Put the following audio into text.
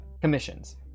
commissions